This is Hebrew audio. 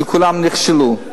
שכולן נכשלו.